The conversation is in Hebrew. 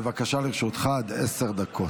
בבקשה לרשותך עד עשר דקות.